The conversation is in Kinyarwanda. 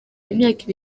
imyaka